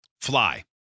Fly